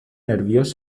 nerviós